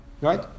right